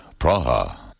Praha